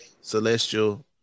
Celestial